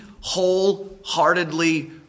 wholeheartedly